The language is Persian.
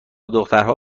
دخترها